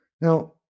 Now